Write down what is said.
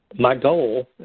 my goal,